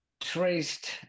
traced